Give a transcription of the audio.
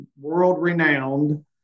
world-renowned